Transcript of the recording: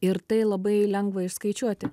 ir tai labai lengva išskaičiuoti